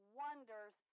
wonders